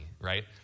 right